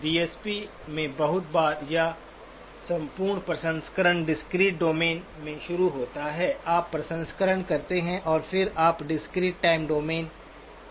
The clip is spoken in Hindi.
डीएसपी में बहुत बार या संपूर्ण प्रसंस्करण डिस्क्रीट डोमेन में शुरू होता है आप प्रसंस्करण करते हैं और फिर आप डिस्क्रीट टाइम डोमेन में आउटपुट मिलता हैं